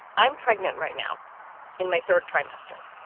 i'm pregnant right now in my third trimester.